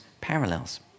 parallels